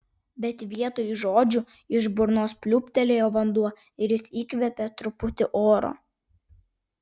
bet vietoj žodžių iš burnos pliūptelėjo vanduo ir jis įkvėpė truputį oro